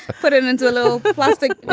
put it into? a little but plastic but